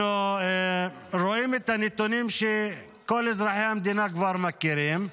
אנחנו רואים את הנתונים שכל אזרחי המדינה כבר מכירים.